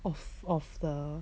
of of the